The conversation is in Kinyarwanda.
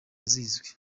zizwi